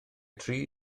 tri